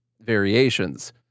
variations